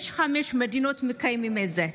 חמש מדינות מקיימות את זה: